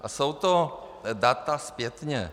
A jsou to data zpětně.